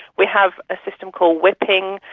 we have a system called whipping,